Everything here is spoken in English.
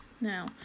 Now